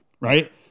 right